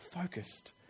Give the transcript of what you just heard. focused